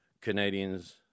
Canadians